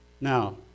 Now